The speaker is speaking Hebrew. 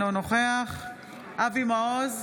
אינו נוכח אבי מעוז,